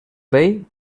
vell